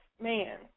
man